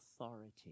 authority